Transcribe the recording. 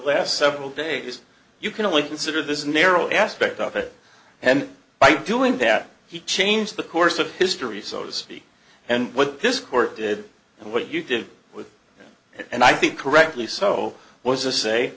last several days you can only consider this narrow aspect of it and by doing that he changed the course of history so to speak and what this court did and what you did with and i think correctly so w